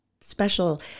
special